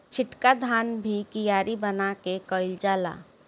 छिटका धान भी कियारी बना के कईल जाला